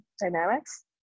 dynamics